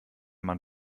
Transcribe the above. man